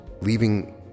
leaving